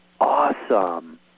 awesome